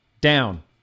down